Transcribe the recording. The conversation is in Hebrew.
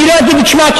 אני לא אגיד את שמה,